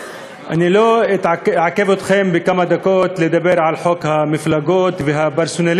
אני לא אעכב אתכם כמה דקות כדי לדבר על חוק המפלגות והפרסונליזם,